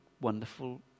wonderful